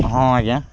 ହଁ ଆଜ୍ଞା